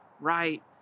right